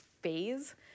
phase